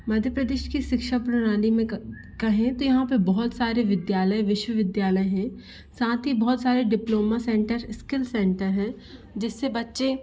मध्यप्रदेस की शिक्षा प्रणाली में कहें तो यहाँ पर बहुत सारे विद्यालय विश्वविद्यालय हैं साथ ही बहुत सारे डिप्लोमा सेंटर स्किल सेंटर हैं जिस से बच्चे